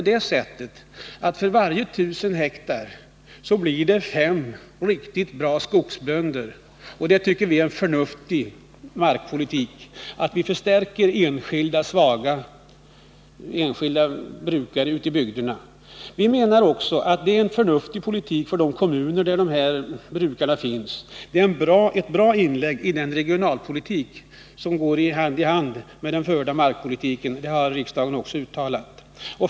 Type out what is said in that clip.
För varje tusen hektar blir det tvärtom fem riktigt bra skogsbönder. Vi tycker att det är en förnuftig markpolitik att förbättra möjligheterna för enskilda brukare ute i bygderna. Vi menar också att det är en förnuftig politik för de kommuner där de här brukarna finns. Det är en bra sak i regionalpolitiken och passar in i den markpolitik som förs, vilket riksdagen också har uttalat.